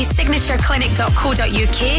SignatureClinic.co.uk